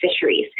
fisheries